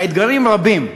האתגרים רבים,